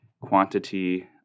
quantity